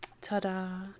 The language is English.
Ta-da